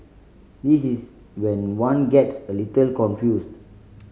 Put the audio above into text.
this is when one gets a little confused